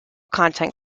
content